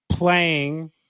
playing